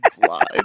blind